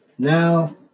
Now